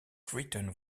written